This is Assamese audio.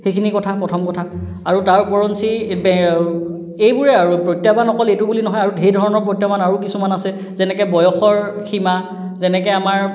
সেইখিনি কথা প্ৰথম কথা আৰু তাৰ ওপৰঞ্চি এইবোৰে আৰু প্ৰত্যাহ্বান অকল এইটো বুলি নহয় আৰু ঢেৰ ধৰণৰ প্ৰত্যাহ্বান আৰু কিছুমান আছে যেনেকৈ বয়সৰ সীমা যেনেকৈ আমাৰ